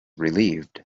relieved